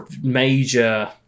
major